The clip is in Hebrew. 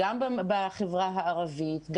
בחברה הערבית,